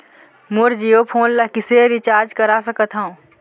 मोर Jio phone ला किसे recharge करा सकत हवं?